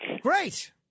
Great